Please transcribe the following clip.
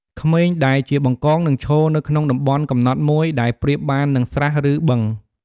ក្មេងដែលជា បង្កង នឹងឈរនៅក្នុងតំបន់កំណត់មួយដែលប្រៀបបាននឹង ស្រះ ឬ បឹង។